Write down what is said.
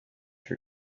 her